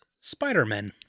Spider-Man